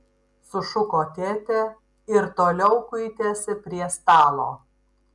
sušuko tėtė ir toliau kuitėsi prie stalo